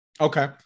Okay